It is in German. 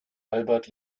albert